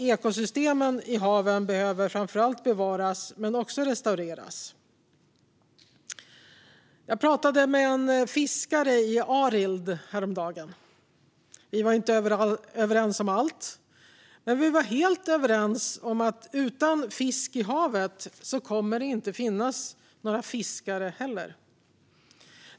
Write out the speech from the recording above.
Ekosystemen i haven behöver framför allt bevaras men också restaureras. Jag pratade med en fiskare i Arild häromdagen. Vi var inte överens om allt, men vi var helt överens om att utan fisk i havet kommer det inte heller att finnas några fiskare.